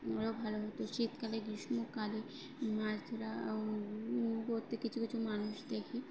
ওরাও ভালো হতো শীতকালে গ্রীষ্মকালে মাছ ধরা পড়তে কিছু কিছু মানুষ দেখে